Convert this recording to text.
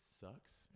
sucks